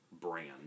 brand